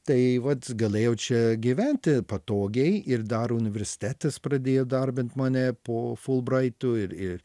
tai vat galėjau čia gyventi patogiai ir dar universitetas pradėjo darbint mane po fulbraito ir ir